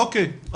אוקיי,